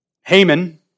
Haman